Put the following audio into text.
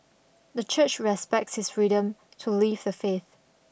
the church respects his freedom to leave the faith